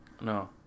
No